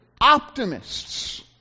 optimists